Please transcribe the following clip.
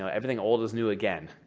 so everything old is new again.